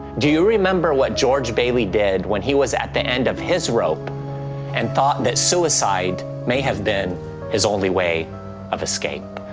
do you remember what george bailey did when he was at the end of his rope and thought that suicide may have been his only way of escape?